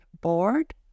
bored